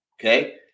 okay